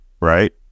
Right